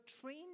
train